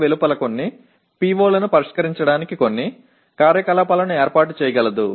க்கள் தேவைப்படுவதால் ஒரு துறை பாடத்திட்டத்திற்கு வெளியே சில நடவடிக்கைகளை ஏற்பாடு செய்யலாம்